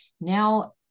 Now